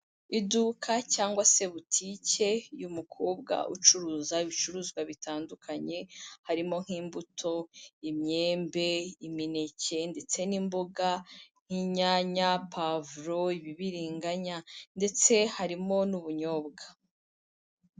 Iduka cyangwa se butike y'umukobwa ucuruza ibicuruzwa bitandukanye harimo nk'imbuto, imyembe, imineke ndetse n'imboga nk'inyanya, pavuro, ibibiriganya ndetse harimo n'ubunyobwa.